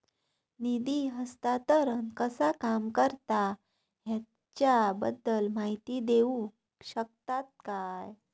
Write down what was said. निधी हस्तांतरण कसा काम करता ह्याच्या बद्दल माहिती दिउक शकतात काय?